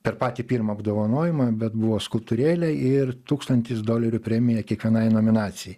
per patį pirmą apdovanojimą bet buvo skulptūrėlė ir tūkstantis dolerių premija kiekvienai nominacijai